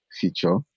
feature